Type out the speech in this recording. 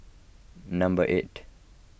number eight